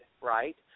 right